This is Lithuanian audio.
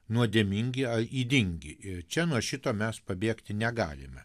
nuodėmingi ar ydingi ir čia nuo šito mes pabėgti negalime